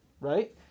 right